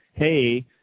Hey